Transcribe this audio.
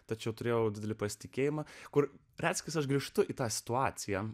tačiau turėjau didelį pasitikėjimą kur retsykiais aš grįžtu į tą situaciją